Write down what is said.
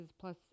plus